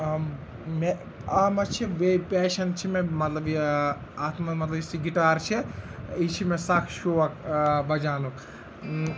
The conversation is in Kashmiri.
مےٚ آ مےٚ چھِ بیٚیہِ پیشَن چھِ مےٚ مطلب یہِ اَتھ منٛز مطلب یُس یہِ گِٹار چھِ یہِ چھِ مےٚ سَکھ شوق بَجاونُک